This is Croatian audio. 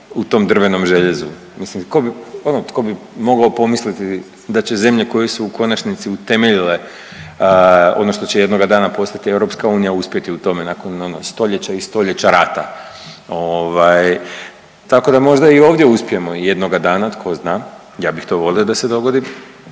u tom drvenom željezu, mislim ko bi, ono tko bi mogao pomisliti da će zemlje koje su u konačnici utemeljile ono što će jednoga dana postati EU uspjeti u tome nakon ono 100-ljeća i 100-ljeća rata ovaj tako da možda i ovdje uspijemo jednoga dana tko zna, ja bih to volio da se dogodi,